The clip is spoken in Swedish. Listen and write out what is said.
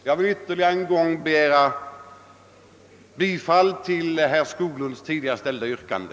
Jag vill ytterligare än en gång yrka bifall till herr Skoglunds tidigare ställda yrkande.